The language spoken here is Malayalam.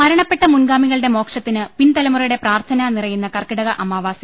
മരണപ്പെട്ട മുൻഗാമി കളുടെ മോക്ഷത്തിന് പിൻതലമുറയുടെ പ്രാർത്ഥന നിറയുന്ന കർക്കിടക അമാവാസി